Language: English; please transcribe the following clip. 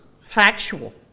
factual